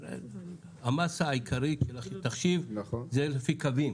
המסה העיקרית של התחשיב זה לפי קווים,